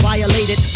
Violated